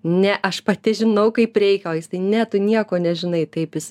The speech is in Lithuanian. ne aš pati žinau kaip reikia o jis tai ne tu nieko nežinai taip jis